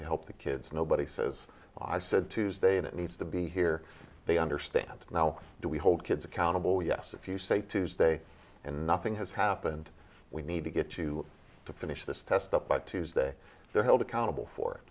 to help the kids nobody says i said tuesday it needs to be here they understand now do we hold kids accountable yes if you say tuesday and nothing has happened we need to get you to finish this test up by tuesday they're held accountable for